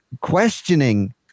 questioning